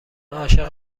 عاشق